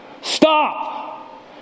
Stop